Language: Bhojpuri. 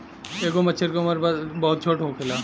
एगो मछर के उम्र बहुत छोट होखेला